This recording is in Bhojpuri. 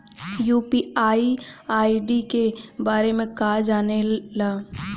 यू.पी.आई आई.डी के बारे में का जाने ल?